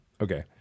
okay